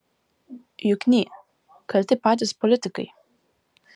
jukny kalti patys politikai